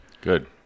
Good